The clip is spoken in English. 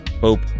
Hope